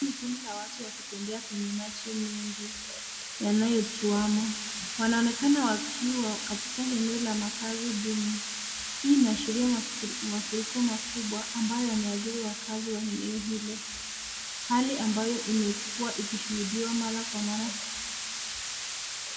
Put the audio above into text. Hili ni kundi la watu wakitembea kwenye maji mengi yanayotuama. Wanaonekana wakiwa katika eneo la makazi duni. Hii inaashiria mafuriko makubwa ambayo yameathiri wakazi wa eneo hilo. Hali ambayo imekuwa ikishuhudiwa mara kwa mara.